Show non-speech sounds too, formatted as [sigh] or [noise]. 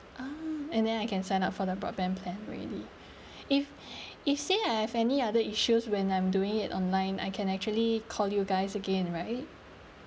ah and then I can sign up for the broadband plan already [breath] if [breath] if say I have any other issues when I'm doing it online I can actually call you guys again right